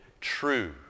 true